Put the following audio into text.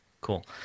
Cool